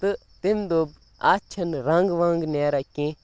تہٕ تٔمۍ دوٚپ اَتھ چھَنہٕ رنٛگ ونٛگ نیران کیٚنٛہہ